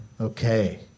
Okay